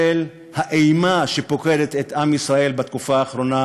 של האימה שפוקדת את עם ישראל בתקופה האחרונה,